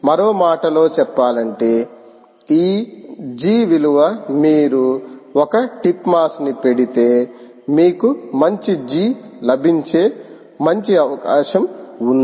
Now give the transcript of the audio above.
మరో మాటలో చెప్పాలంటే ఈ G విలువ మీరు ఒక టిప్ మాస్ని పెడితే మీకు మంచి G లభించే మంచి అవకాశం ఉంది